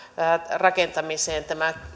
rakentamiseen